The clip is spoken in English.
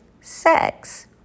sex